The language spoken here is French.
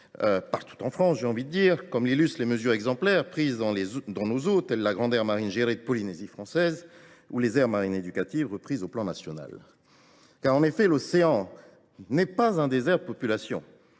partout en France comme l’illustrent les mesures exemplaires prises dans nos eaux, telles la grande aire marine gérée de Polynésie française ou les aires marines éducatives reprises à l’échelon national. En effet, l’océan n’est pas un désert de population